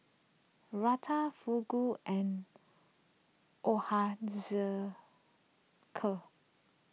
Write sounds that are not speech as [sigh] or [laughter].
Raita Fugu and [unintelligible]